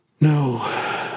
No